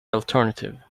alternative